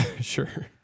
Sure